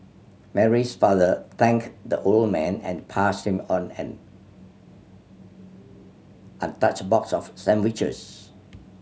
Mary's father thanked the old man and passed him an untouched box of sandwiches